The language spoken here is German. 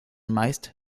meist